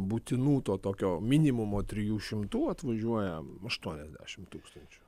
būtinų to tokio minimumo trijų šimtų atvažiuoja aštuoniasdešim tūkstančių